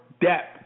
depth